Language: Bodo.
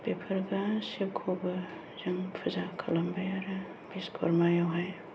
बेफोर गासैखौबो जों फुजा खालामबाय आरो बिश्व'कर्मायावहाय